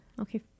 Okay